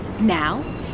Now